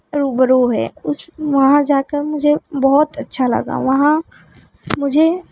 रूबरू है उस वहाँ जाकर मुझे बहुत अच्छा लगा वहाँ मुझे